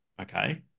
Okay